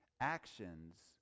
Actions